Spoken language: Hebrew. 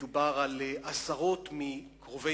מדובר על עשרות מקרובי